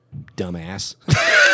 dumbass